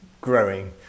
growing